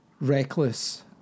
reckless